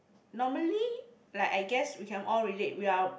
normally like I guess we can all relate we are